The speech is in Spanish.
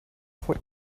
fue